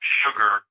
sugar